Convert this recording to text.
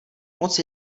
moc